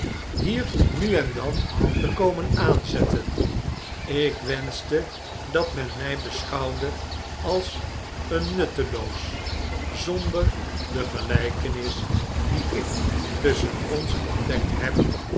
hier nu en dan te komen aanzetten ik wenschte dat men mij beschouwde als een nutteloos zonder de geljjkenis die ik tusschen ons ontdekt heb